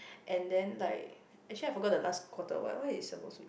and then like actually I forgot the last quarter what what it's supposed to be